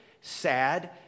sad